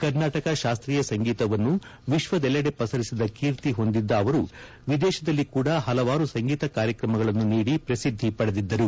ಕರ್ನಾಟಕ ಶಾಸ್ತೀಯ ಸಂಗೀತವನ್ನು ವಿಶ್ವದೆಲ್ಲೆಡೆ ಪಸರಿಸಿದ ಕೀರ್ತಿ ಹೊಂದಿದ್ದ ಅವರು ವಿದೇಶದಲ್ಲಿ ಕೂಡಾ ಹಲವಾರು ಸಂಗೀತ ಕಾರ್ಯಕ್ರಮಗಳನ್ನು ನೀದಿ ಪ್ರಸಿದ್ದಿ ಪಡೆದಿದ್ದರು